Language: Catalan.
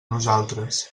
nosaltres